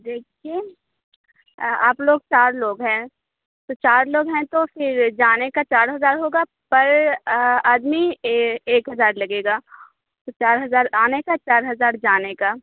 دیکھیے آپ لوگ چار لوگ ہیں تو چار لوگ ہیں تو پھر جانے کا چار ہزار ہوگا پر آدمی اے ایک ہزار لگے گا تو چار ہزار آنے کا چار ہزار جانے کا